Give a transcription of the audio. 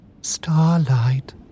Starlight